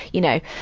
you know,